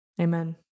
Amen